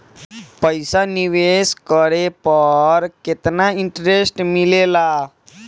पईसा निवेश करे पर केतना इंटरेस्ट मिलेला?